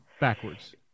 backwards